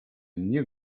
new